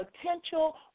potential